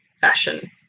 fashion